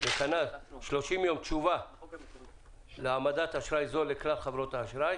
תשובה תוך 30 ימים להעמדת אשראי זול לכלל חברות האשראי.